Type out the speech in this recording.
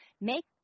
make